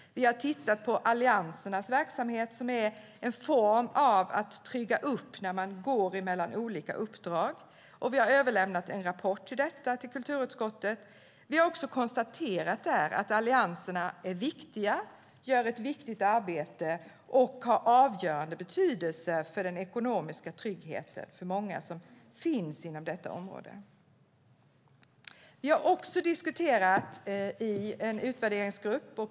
Vi har tittat på konstalliansernas verksamhet, som är en form av verksamhet för att trygga ekonomin när man går mellan olika uppdrag. Vi har överlämnat en rapport om detta till kulturutskottet. Vi konstaterar att allianserna är viktiga, gör ett viktigt arbete och har avgörande betydelse för den ekonomiska tryggheten för många som finns inom detta område. Vi har haft en utvärderingsgrupp.